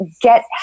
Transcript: get